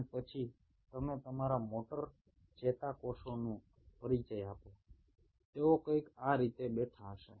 અને પછી તમે તમારા મોટર ચેતાકોષોનો પરિચય આપો તેઓ કંઈક આ રીતે બેઠા હશે